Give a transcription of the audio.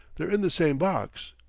they're in the same box.